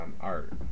art